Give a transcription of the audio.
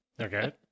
Okay